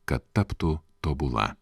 kad taptų tobula